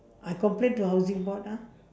I complain to housing board ah